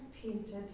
painted